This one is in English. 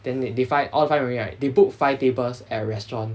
then they five all five already right they book five tables at restaurant